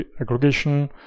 aggregation